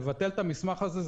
לבטל את המסמך הזה,